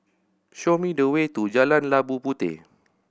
show me the way to Jalan Labu Puteh